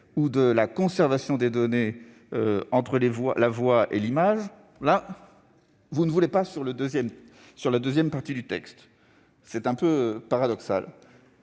ou de conservation des données entre la voix et l'image, vous n'en voulez pas dans la deuxième partie. C'est un peu paradoxal